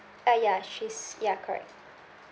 ah ya she's ya correct